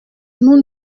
nous